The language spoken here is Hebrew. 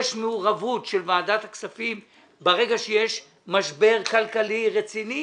מעורבות של ועדת הכספים ברגע שיש משבר כלכלי רציני,